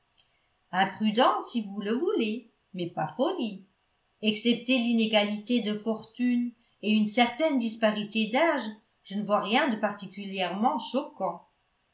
imprudence si vous le voulez mais pas folie excepté l'inégalité de fortune et une certaine disparité d'âge je ne vois rien de particulièrement choquant